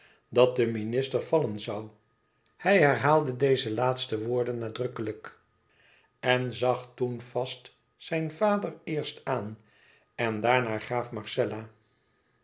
dat de minister vallen zoû hij herhaalde deze laatste woorden nadrukkelijk en zag toen vast zijn vader eerst aan en daarna graaf marcella